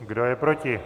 Kdo je proti?